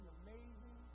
amazing